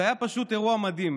זה היה פשוט אירוע מדהים.